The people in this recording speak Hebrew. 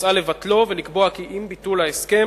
מוצע לבטלו ולקבוע כי עם ביטול ההסכם